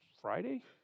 Friday